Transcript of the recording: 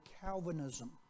Calvinism